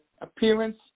appearance